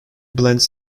blends